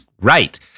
right